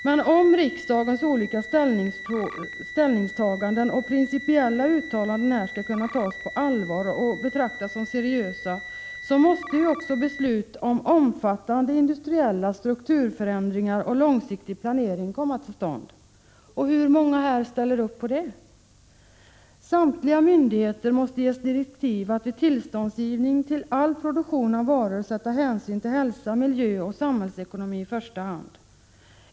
Men om riksdagens ställningstaganden och principiella uttalanden skall kunna tas på allvar och betraktas som seriösa, måste också beslut om omfattande industriella strukturförändringar och långsiktig planering komma till stånd. Hur många här ställer upp på det? Samtliga myndigheter måste ges direktiv att vid tillståndsgivning för all produktion av varor ta hänsyn till hälsa, miljö och samhällsekonomi i första hand.